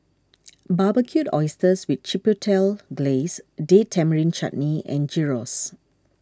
Barbecued Oysters with Chipotle Glaze Date Tamarind Chutney and Gyros